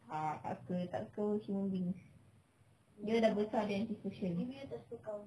tak tak suka tak suka keep moving dia dah besar dia anti social